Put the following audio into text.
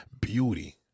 Beauty